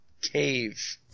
cave